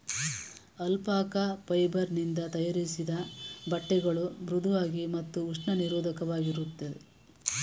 alpaca fibre ನಿಂದ ತಯಾರಿಸಿದ ಬಟ್ಟೆಗಳು ಮೃಧುವಾಗಿ ಮತ್ತು ಉಷ್ಣ ನಿರೋಧಕವಾಗಿರುತ್ತದೆ